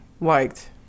liked